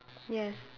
yes